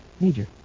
Major